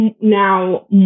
now